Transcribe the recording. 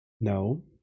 No